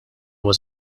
was